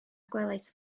gwelais